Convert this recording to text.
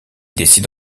décide